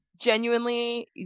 genuinely